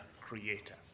creator